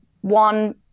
one